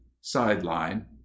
sideline